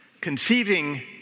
conceiving